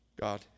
God